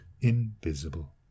invisible